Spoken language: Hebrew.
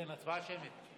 כן, הצבעה שמית.